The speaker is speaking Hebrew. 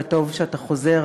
וטוב שאתה חוזר,